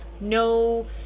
no